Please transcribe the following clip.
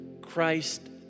Christ